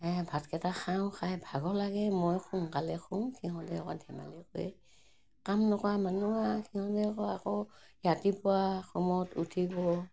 এই ভাতকেইটা খাওঁ খাই ভাগৰ লাগে মই সোনকালে শুওঁ সিহঁতে আকৌ ধেমালি কৰি কাম নকৰা মানুহ আৰু সিহঁতে আকৌ আকৌ ৰাতিপুৱা সময়ত উঠিব